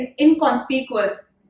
inconspicuous